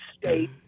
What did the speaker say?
state